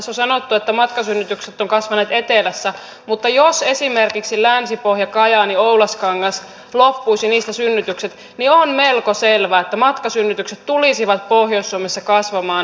tässä on sanottu että matkasynnytykset ovat kasvaneet etelässä mutta jos esimerkiksi alueelta länsipohjakajaanioulaskangas loppuisivat synnytykset niin on melko selvää että matkasynnytykset tulisivat pohjois suomessa kasvamaan